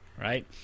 right